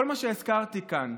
כל מה שהזכרתי כאן,